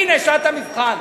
הנה שעת המבחן.